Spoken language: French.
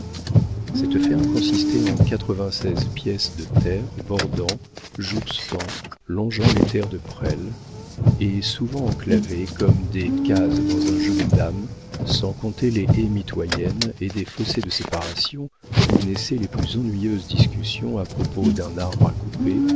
cette ferme consistait en quatre-vingt-seize pièces de terre bordant jouxtant longeant les terres de presles et souvent enclavées comme des cases dans un jeu de dames sans compter les haies mitoyennes et des fossés de séparation où naissaient les plus ennuyeuses discussions à propos d'un arbre à couper